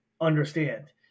Understand